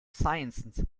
sciences